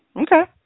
Okay